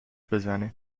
بزنه